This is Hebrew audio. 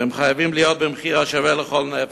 והם חייבים להיות במחיר שווה לכל נפש.